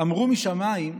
אמרו משמיים: